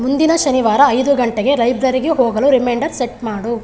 ಮುಂದಿನ ಶನಿವಾರ ಐದು ಗಂಟೆಗೆ ಲೈಬ್ರರಿಗೆ ಹೋಗಲು ರಿಮೈಂಡರ್ ಸೆಟ್ ಮಾಡು